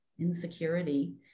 insecurity